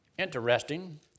interesting